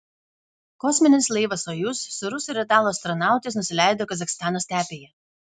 kosminis laivas sojuz su rusų ir italų astronautais nusileido kazachstano stepėje